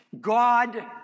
God